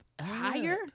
higher